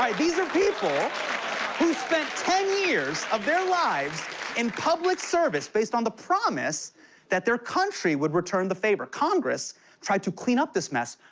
these are people who spent ten years of their lives in public service, based on the promise that their country would return the favor. congress tried to clean up this mess,